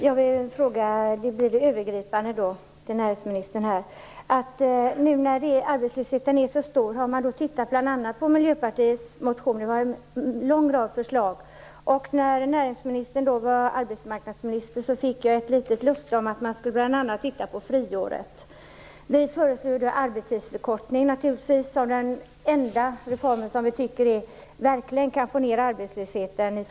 Fru talman! Jag vill ställa en övergripande fråga till näringsministern. Nu när arbetslösheten är så stor: Har man tittat på Miljöpartiets motion, där vi har en lång rad förslag? När näringsministern var arbetsmarknadsminister fick jag ett litet löfte om att man bl.a. skulle titta på friåret. Vi i Miljöpartiet föreslår arbetstidsförkortning, och det är den enda reformen som vi tycker verkligen kan få ned arbetslösheten.